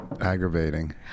aggravating